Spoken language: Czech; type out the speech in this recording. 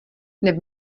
neb